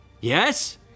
Yes